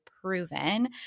proven